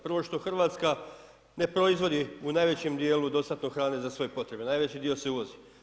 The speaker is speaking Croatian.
Prvo što Hrvatska ne proizvodi u najvećem djelu dostatno hrane za svoje potrebe, najveći dio se uvozi.